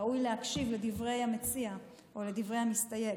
ראוי להקשיב לדברי המציע או לדברי המסתייג.